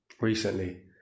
recently